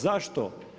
Zašto?